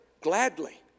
gladly